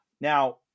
Now